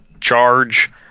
charge